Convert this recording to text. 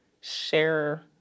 share